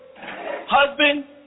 husband